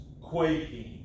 quaking